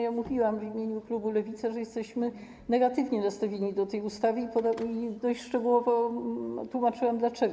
Ja mówiłam w imieniu klubu Lewica, że jesteśmy negatywnie nastawieni do tej ustawy, i dość szczegółowo tłumaczyłam dlaczego.